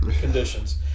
conditions